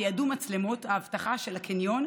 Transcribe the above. תיעדו מצלמות האבטחה של הקניון,